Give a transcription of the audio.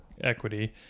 equity